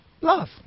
love